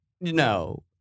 no